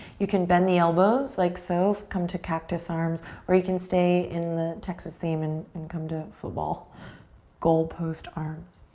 you can bend the elbows like so, come to cactus arms or you can stay in the texas theme and and come to football goalpost arms.